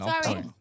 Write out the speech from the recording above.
Sorry